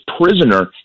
prisoner